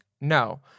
No